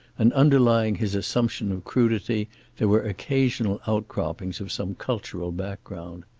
and underlying his assumption of crudity there were occasional outcroppings of some cultural background.